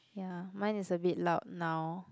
ya mine is a bit loud now